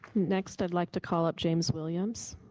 next i'd like to call up james williams.